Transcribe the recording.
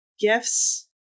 gifts